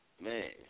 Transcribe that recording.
Man